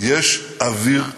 יש אוויר חם.